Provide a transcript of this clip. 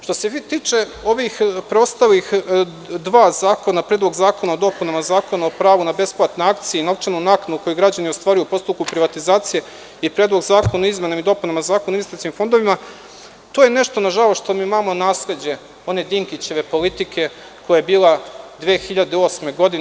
Što se tiče ova preostala dva zakona, Predlog zakona o dopunama Zakona o pravu na besplatne akcije i novčanu naknadu koju građani ostvaruju u postupku privatizacije i Predlog zakona o izmenama i dopunama Zakona o investicionim fondovima, to je nešto, nažalost, što imamo kao nasleđe one Dinkićeve politike koja je bila 2008. godine.